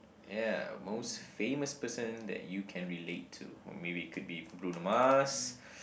ya most famous person that you can relate to or maybe it could be Bruno Mars